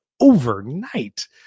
overnight